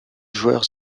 joueur